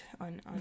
on